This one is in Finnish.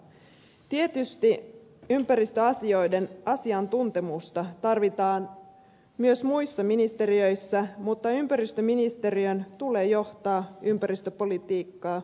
tietysti ympäristöasioiden asiantuntemusta tarvitaan myös muissa ministeriöissä mutta ympäristöministeriön tulee johtaa ympäristöpolitiikkaa myös tulevaisuudessa